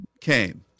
came